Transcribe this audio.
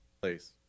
place